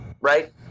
right